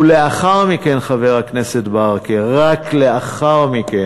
ולאחר מכן, חבר הכנסת ברכה, רק לאחר מכן,